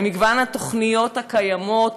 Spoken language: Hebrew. למגוון התוכניות הקיימות,